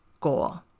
goal